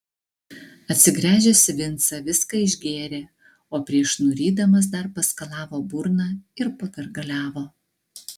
atsigręžęs į vincą viską išgėrė o prieš nurydamas dar paskalavo burną ir pagargaliavo